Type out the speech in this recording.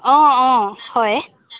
অ অ হয়